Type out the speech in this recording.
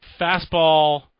fastball